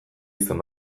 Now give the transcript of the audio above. izan